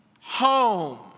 home